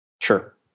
Sure